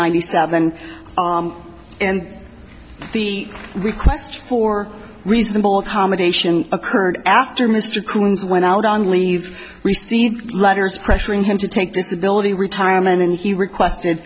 ninety seven and the request for reasonable accommodation occurred after mr coons went out on leave to receive letters pressuring him to take disability retirement and he requested